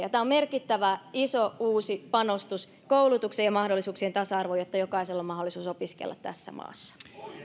tämä on merkittävä iso uusi panostus koulutuksen ja mahdollisuuksien tasa arvoon jotta jokaisella on mahdollisuus opiskella tässä maassa